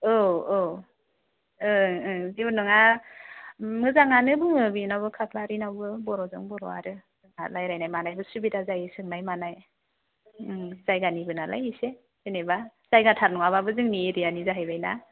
औ औ ओं ओं जेबो नङा मोजाङानो बुङो बेनावबो खाख्लारिनावबो बर'जों बर' आरो रायज्लायनाय मानाय सुबिदा जायो सोंनाय मानाय जायगानिबो नालाय एसे जेनेबा जायगाथार नङाब्लाबो जोंनि एरियानि जाहैबाय ना